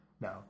No